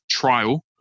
trial